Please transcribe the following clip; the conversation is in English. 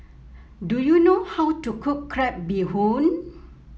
do you know how to cook Crab Bee Hoon